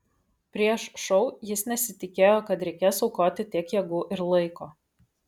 prieš šou jis nesitikėjo kad reikės aukoti tiek jėgų ir laiko